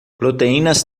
proteínas